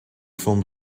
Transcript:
filmed